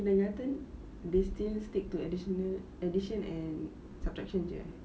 kindergarten they still stick to additional addition and subtraction jer